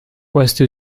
questi